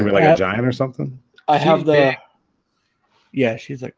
like a giant or something i have there yeah she's a